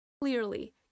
Clearly